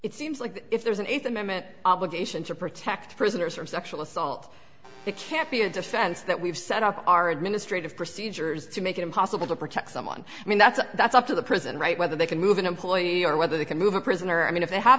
it seems like if there's an th amendment obligation to protect prisoners from sexual assault it can't be a defense that we've set up our administrative procedures to make it impossible to protect someone i mean that's that's up to the prison right whether they can move an employee or whether they can move a prisoner i mean if they have